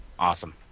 Awesome